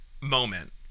moment